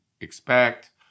expect